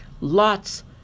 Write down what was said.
lots